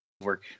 work